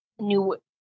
New